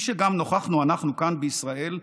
כפי שגם נוכחנו אנחנו כאן בישראל,